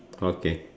okay